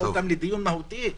לדיון מהותי?